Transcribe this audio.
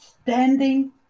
standing